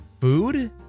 Food